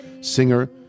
Singer